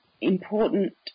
important